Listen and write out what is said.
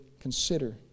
consider